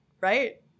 right